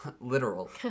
literal